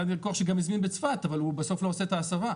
היה לי לקוח שגם הזמין בצפת אבל הוא בסוף לא עושה את ההסבה.